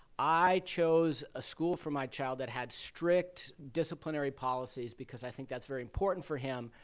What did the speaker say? i chose a school for my child that had strict disciplinary policies because i think that's very important for him,